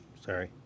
Sorry